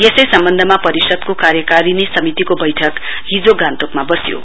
यसै सम्बन्धमा परिषदको कार्यकारिणी समितिको बैठक हिजो गान्तोकमा बस्य़ो